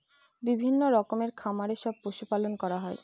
বিভিন্ন রকমের খামারে সব পশু পালন করা হয়